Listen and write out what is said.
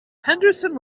henderson